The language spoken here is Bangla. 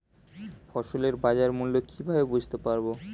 ফসলের বাজার মূল্য কিভাবে বুঝতে পারব?